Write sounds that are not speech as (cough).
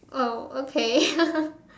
oh okay (laughs)